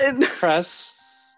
Press